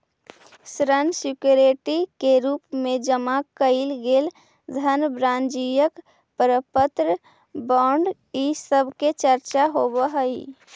ऋण सिक्योरिटी के रूप में जमा कैइल गेल धन वाणिज्यिक प्रपत्र बॉन्ड इ सब के चर्चा होवऽ हई